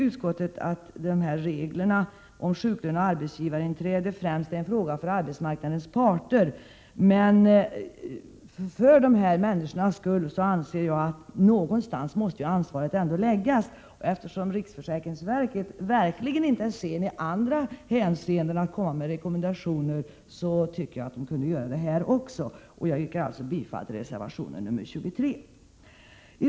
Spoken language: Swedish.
Utskottet säger nu att reglerna om sjuklön och arbetsgivarinträde främst är en fråga för arbetsmarknadens parter, men för dessa människors skull anser jag att ansvaret ändå måste läggas någonstans, och eftersom riksförsäkringsverket i andra sammanhang verkligen inte är sent med att komma med rekommendationer, tycker jag att verket kunde göra det också här. Jag yrkar bifall till reservation nr 23.